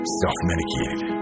self-medicated